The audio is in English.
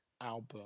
album